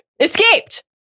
escaped